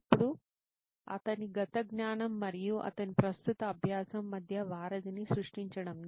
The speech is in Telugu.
అప్పుడు అతని గత జ్ఞానం మరియు అతని ప్రస్తుత అభ్యాసం మధ్య వారధిని సృష్టించడం